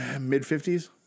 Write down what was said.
mid-50s